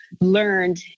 learned